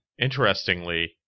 interestingly